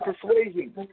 persuasion